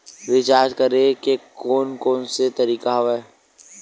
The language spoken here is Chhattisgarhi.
रिचार्ज करे के कोन कोन से तरीका हवय?